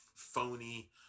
Phony